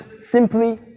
simply